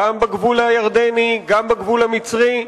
גם בגבול הירדני, גם בגבול המצרי.